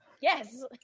Yes